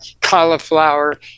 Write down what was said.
cauliflower